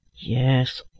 Yes